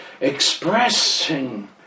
expressing